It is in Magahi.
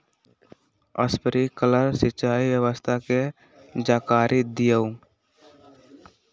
स्प्रिंकलर सिंचाई व्यवस्था के जाकारी दिऔ?